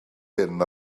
hyn